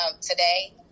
today